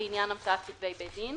לעניין המצאת כתבי בית-דין,